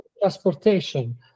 transportation